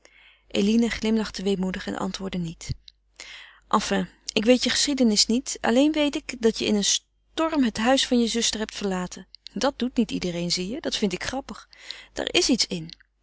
eline glimlachte weemoedig en antwoordde niet enfin ik weet je geschiedenis niet alleen weet ik dat je in een storm het huis van je zuster hebt verlaten dat doet niet iedereen zie je dat vind ik grappig daar is iets in